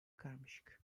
karmaşık